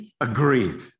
Agreed